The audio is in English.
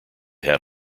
had